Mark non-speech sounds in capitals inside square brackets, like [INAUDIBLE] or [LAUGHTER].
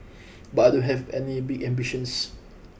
[NOISE] but I don't have any big ambitions